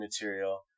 material